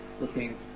looking